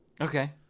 okay